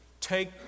take